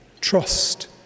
trust